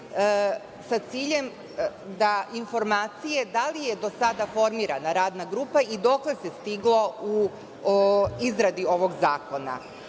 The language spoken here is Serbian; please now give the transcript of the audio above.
sa ciljem da informacije – da li je do sada formirana radna grupa i dokle se stiglo u izradi ovog